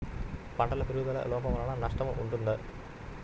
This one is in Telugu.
పంటల పెరుగుదల లోపం వలన నష్టము ఉంటుందా?